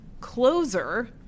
closer